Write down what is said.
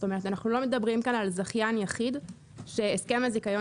כלומר אנחנו לא מדברים על זכיין יחיד שהסכם הזיכיון